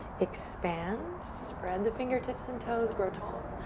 expand. spread the fingertips and toes, grow tall.